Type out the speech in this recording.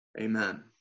Amen